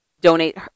donate